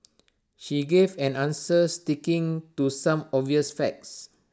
she gave an answer sticking to some obvious facts